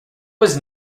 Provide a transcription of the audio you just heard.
was